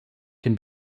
can